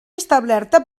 establerta